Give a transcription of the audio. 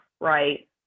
right